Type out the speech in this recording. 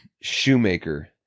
Shoemaker